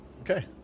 Okay